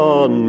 on